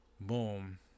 Boom